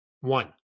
One